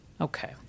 okay